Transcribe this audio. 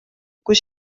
kui